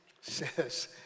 says